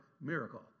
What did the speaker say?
miracle